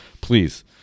please